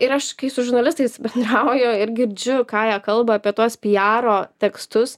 ir aš kai su žurnalistais bendrauju ir girdžiu ką jie kalba apie tuos pijaro tekstus